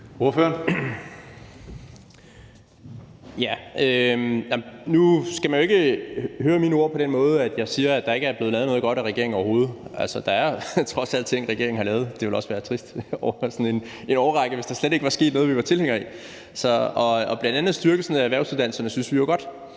Nu skal man jo ikke høre mine ord på den måde, at jeg siger, at der ikke er blevet lavet noget godt af regeringen overhovedet. Regeringen har trods alt lavet ting, vi er tilhængere af, og det ville også være trist, hvis der over en årrække slet ikke var sket noget, vi var tilhængere af. Bl.a. styrkelsen af erhvervsuddannelserne synes vi var godt.